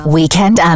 Weekend